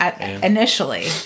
initially